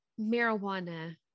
marijuana